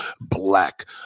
black